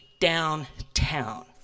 downtown